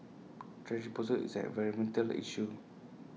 thrash disposal is an environmental issue